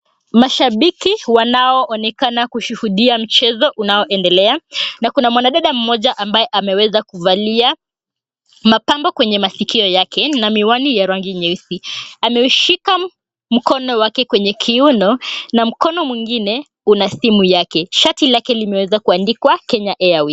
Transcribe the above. Mashabiki wa wanaoonekana kushuhudia mchezo unaoendelea na kuna mwanadada mmoja ambaye ameweza kuvalia mapambo kwenye masikio yake na miwani ya rangi nyeusi. Ameshika mkono wake kwenye kiuno na mkono mwingine una simu yake. Shati lake limeweza kuandikwa Kenya Airways.